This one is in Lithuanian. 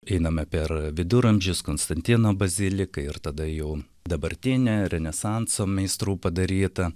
einame per viduramžius konstantino baziliką ir tada jau dabartinę renesanso meistrų padaryta